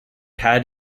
had